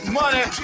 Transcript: money